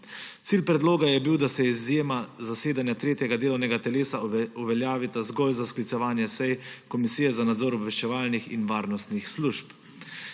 Cilj predloga je bil, da se izjema za zasedanje tretjega delovnega telesa uveljavi zgolj za sklicevanje sej Komisije za nadzor obveščevalnih in varnostnih služb.